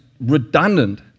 redundant